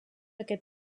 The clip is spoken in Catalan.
aquest